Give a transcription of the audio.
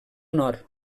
nord